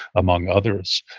among others.